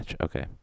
Okay